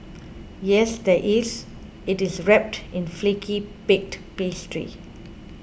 yes there is it is wrapped in flaky baked pastry